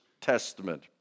Testament